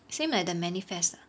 same like the manifest lah